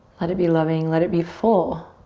let it be loving, let it be full.